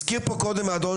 הזכיר פה קודם האדון